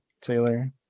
Taylor